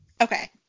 Okay